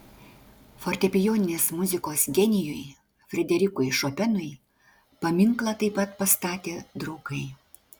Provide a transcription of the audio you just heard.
fortepijoninės muzikos genijui frederikui šopenui paminklą taip pat pastatė draugai